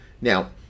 now